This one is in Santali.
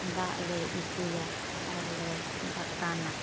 ᱫᱟᱜ ᱞᱮ ᱤᱫᱤᱭᱟ ᱟᱨᱞᱮ ᱵᱟᱛᱟᱱᱟ